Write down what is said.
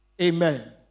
Amen